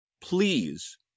Please